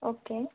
okay